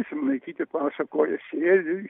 simonaitytė klausia ko jie sėdi